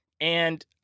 and-